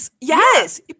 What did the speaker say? Yes